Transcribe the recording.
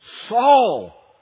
Saul